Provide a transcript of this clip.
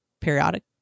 periodic